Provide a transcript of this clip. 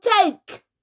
take